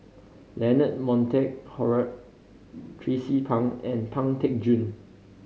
Leonard Montague Harrod Tracie Pang and Pang Teck Joon